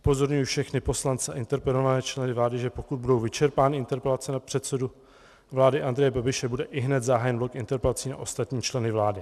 Upozorňuji všechny poslance a interpelované členy vlády, že pokud budou vyčerpány interpelace na předsedu vlády Andreje Babiše, bude ihned zahájen bod interpelací na ostatní členy vlády.